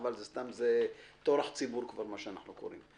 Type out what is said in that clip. חבל, זה כבר טורח ציבור כפי שאנחנו אומרים.